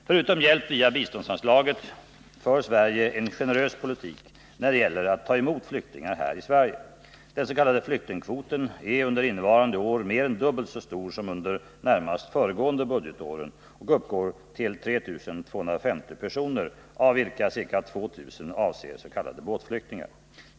Förutom hjälp via biståndsanslaget för Sverige en generös politik när det gäller att ta emot flyktingar här i Sverige. Den s.k. flyktingkvoten är under innevarande budgetår mer än dubbelt så stor som under de närmast föregående budgetåren och uppgår till 3 250 personer, av vilka ca 2 000 avser s.k. båtflyktingar.